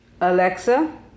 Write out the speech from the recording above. Alexa